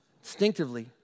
Instinctively